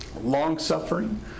long-suffering